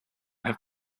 have